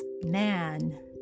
man